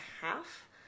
half